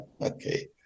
Okay